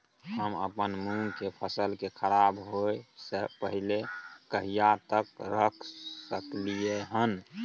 हम अपन मूंग के फसल के खराब होय स पहिले कहिया तक रख सकलिए हन?